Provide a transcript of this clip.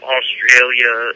Australia